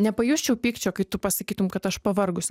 nepajusčiau pykčio kai tu pasakytum kad aš pavargusi